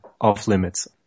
off-limits